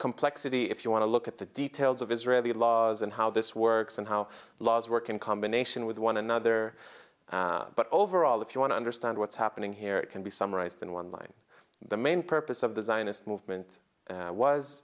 complexity if you want to look at the details of israeli laws and how this works and how laws work in combination with one another but overall if you want to understand what's happening here it can be summarized in one line the main purpose of the zionist movement was